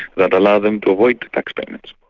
that allow them to avoid tax payments.